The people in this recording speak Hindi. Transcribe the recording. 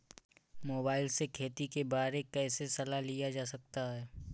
मोबाइल से खेती के बारे कैसे सलाह लिया जा सकता है?